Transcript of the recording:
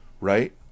right